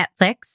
Netflix